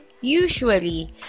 usually